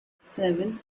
seven